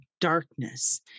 darkness